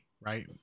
right